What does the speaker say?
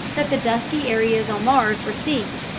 that the dusky areas on mars were seas,